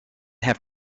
have